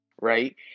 right